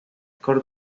cor